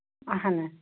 اَہن حظ